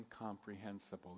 incomprehensible